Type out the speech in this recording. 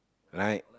right